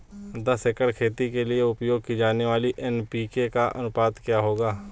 दस एकड़ खेती के लिए उपयोग की जाने वाली एन.पी.के का अनुपात क्या होगा?